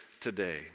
today